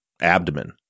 abdomen